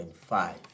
five